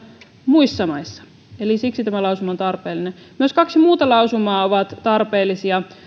muissa maissa siksi tämä lausuma on tarpeellinen myös kaksi muuta lausumaa ovat tarpeellisia